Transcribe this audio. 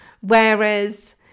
Whereas